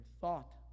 thought